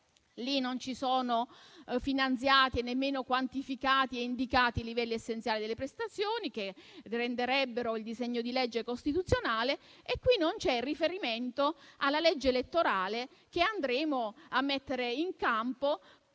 non sono finanziati e nemmeno quantificati e indicati i livelli essenziali delle prestazioni che renderebbero il disegno di legge costituzionale, e qui non c'è il riferimento alla legge elettorale che andremo a mettere in campo